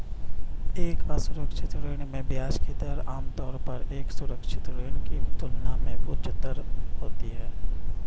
एक असुरक्षित ऋण में ब्याज की दर आमतौर पर एक सुरक्षित ऋण की तुलना में उच्चतर होती है?